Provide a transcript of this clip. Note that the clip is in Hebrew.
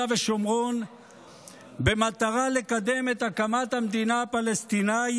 ושומרון במטרה לקדם את הקמת המדינה הפלסטינית,